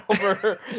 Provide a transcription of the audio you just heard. over